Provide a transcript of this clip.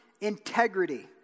integrity